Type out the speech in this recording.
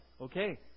okay